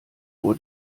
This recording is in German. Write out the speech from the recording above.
vor